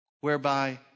whereby